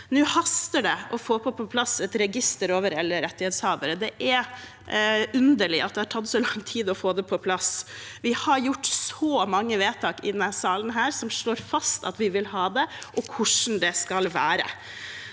Nå haster det å få på plass et register over reelle rettighetshavere. Det er underlig at det har tatt så lang tid å få det på plass. Vi har gjort så mange vedtak i denne salen som slår fast at vi vil ha det, og hvordan det skal være.